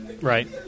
Right